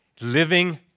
living